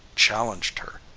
challenged her,